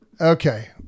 Okay